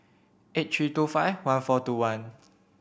eight three two five one four two one